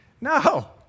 No